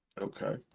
Okay